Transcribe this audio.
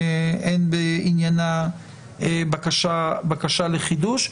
אין בעניינה בקשה לחידוש.